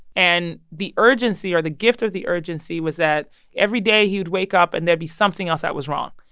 and the urgency or the gift of the urgency was that every day he'd wake up, and there'd be something else that was wrong,